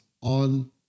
on